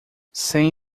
sem